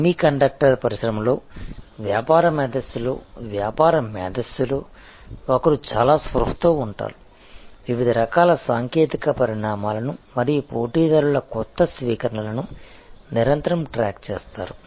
semiconductor పరిశ్రమలో వ్యాపార మేధస్సులో వ్యాపార మేధస్సులో ఒకరు చాలా స్పృహతో ఉంటారు వివిధ రకాల సాంకేతిక పరిణామాలను మరియు పోటీదారుల కొత్త స్వీకరణలను నిరంతరం ట్రాక్ చేస్తారు